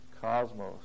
cosmos